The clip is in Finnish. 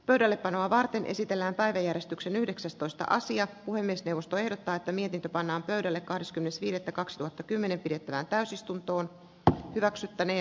pöydällepanoa varten esitellään päiväjärjestyksen yhdeksästoista sija puhemiesneuvosto ehdottaa että mietintö pannaan pöydälle kahdeskymmenes viidettä kaksituhattakymmenen pidettävään täysistuntoon räksyttäni